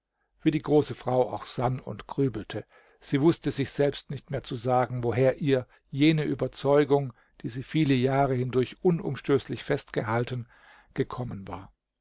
wie die große frau auch sann und grübelte sie wußte sich selbst nicht mehr zu sagen woher ihr jene ueberzeugung die sie viele jahre hindurch unumstößlich festgehalten gekommen war